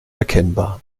erkennbar